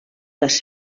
les